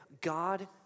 God